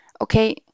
okay